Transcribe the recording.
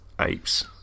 apes